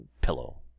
pillow